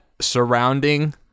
surrounding